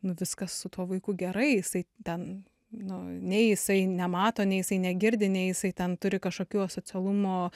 nu viskas su tuo vaiku gerai jisai ten nu nei jisai nemato nei jisai negirdi nei jisai ten turi kažkokių asocialumo